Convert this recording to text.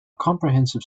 comprehensive